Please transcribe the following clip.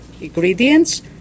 ingredients